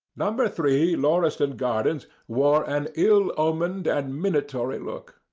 number three, lauriston gardens wore an ill-omened and minatory look.